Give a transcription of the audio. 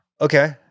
Okay